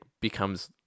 becomes